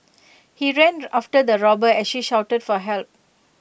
he ran after the robber as she shouted for help